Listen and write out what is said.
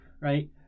right